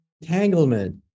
entanglement